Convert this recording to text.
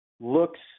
looks